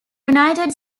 united